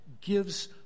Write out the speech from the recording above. gives